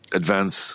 advance